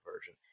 version